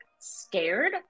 scared